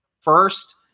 first